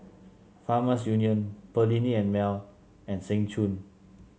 Farmers Union Perllini And Mel and Seng Choon